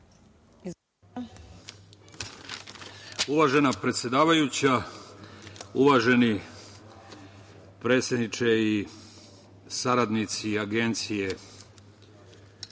Uvažena predsedavajuća, uvaženi predsedniče i saradnici Agencije